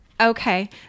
Okay